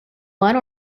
one